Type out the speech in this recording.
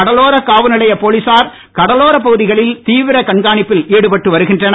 கடலோர காவல் நிலைய போலிசார் கடலோர பகுதிகளில் தீவிர கண்காணிப்பில் ஈடுபட்டு வருகின்றனர்